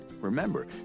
remember